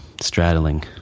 straddling